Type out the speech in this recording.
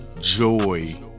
joy